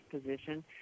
position